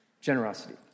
Generosity